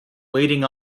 waiting